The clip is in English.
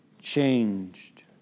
changed